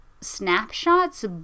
snapshots